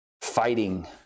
fighting